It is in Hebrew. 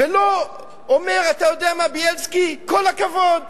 ולא אומר: אתה יודע מה, בילסקי, כל הכבוד.